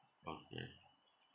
okay